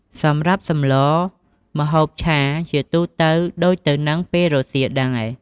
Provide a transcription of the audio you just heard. សម្រាប់ សម្លរ ម្ហូបឆា ជាទូទៅដូចទៅនឹងពេលរសៀលដែរ។